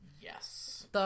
Yes